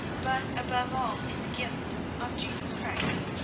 but above all in the gift of jesus christ.